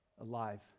alive